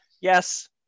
Yes